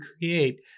create